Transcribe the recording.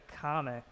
comic